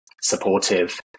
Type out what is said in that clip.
supportive